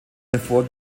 hervor